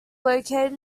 located